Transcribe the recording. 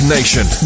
Nation